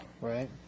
Right